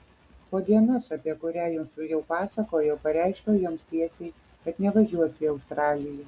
po dienos apie kurią jums jau pasakojau pareiškiau joms tiesiai kad nevažiuosiu į australiją